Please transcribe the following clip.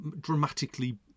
dramatically